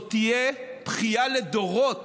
זאת תהיה בכייה לדורות